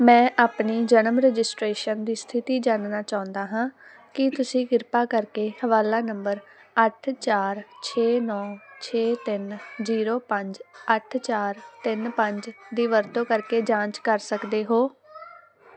ਮੈਂ ਆਪਣੀ ਜਨਮ ਰਜਿਸਟ੍ਰੇਸ਼ਨ ਦੀ ਸਥਿਤੀ ਜਾਣਨਾ ਚਾਹੁੰਦਾ ਹਾਂ ਕੀ ਤੁਸੀਂ ਕਿਰਪਾ ਕਰਕੇ ਹਵਾਲਾ ਨੰਬਰ ਅੱਠ ਚਾਰ ਛੇ ਨੌਂ ਛੇ ਤਿੰਨ ਜ਼ੀਰੋ ਪੰਜ ਅੱਠ ਚਾਰ ਤਿੰਨ ਪੰਜ ਦੀ ਵਰਤੋਂ ਕਰਕੇ ਜਾਂਚ ਕਰ ਸਕਦੇ ਹੋ